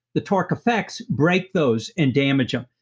the torque effects break those and damage them.